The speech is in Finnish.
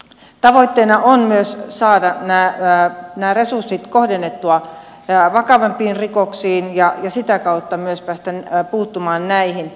tavoitteena on myös saada nämä resurssit kohdennettua vakavampiin rikoksiin ja sitä kautta myös päästä puuttumaan näihin